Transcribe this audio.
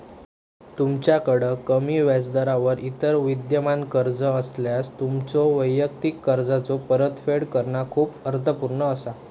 तुमच्याकड कमी व्याजदरावर इतर विद्यमान कर्जा असल्यास, तुमच्यो वैयक्तिक कर्जाचो परतफेड करणा खूप अर्थपूर्ण असा